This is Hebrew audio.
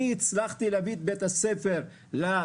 אני הצלחתי להביא את בית הספר ל-top,